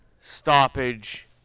Stoppage